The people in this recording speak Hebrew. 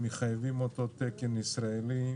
שמחייבים את התקן הישראלי,